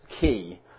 key